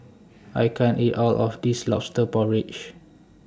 I can't eat All of This Lobster Porridge